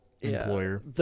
employer